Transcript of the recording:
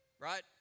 right